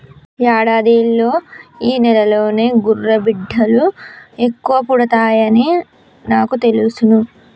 యాడాదిలో ఈ నెలలోనే గుర్రబిడ్డలు ఎక్కువ పుడతాయని నాకు తెలుసును